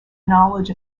knowledge